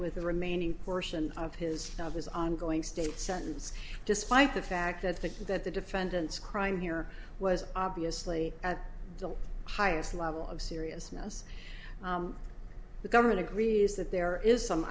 with the remaining portion of his his ongoing state sentence despite the fact that the that the defendant's crime here was obviously at the highest level of seriousness the government agrees that there is some